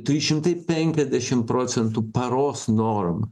trys šimtai penkiasdešimt procentų paros norma